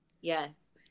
yes